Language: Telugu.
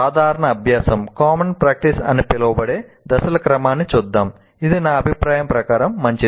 సాధారణ అభ్యాసం అని పిలవబడే దశల క్రమాన్ని చూద్దాం ఇది నా అభిప్రాయం ప్రకారం మంచిది